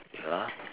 ya